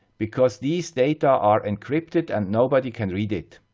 because these data are encrypted and nobody can read it.